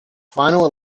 final